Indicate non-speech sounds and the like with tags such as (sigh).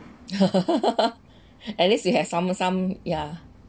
(laughs) at least you have some some yeah